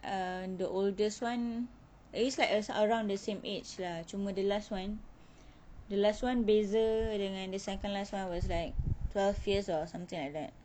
uh the oldest one it's like us around the same age lah cuma the last one the last one beza dengan the second last one was like twelve years or something like that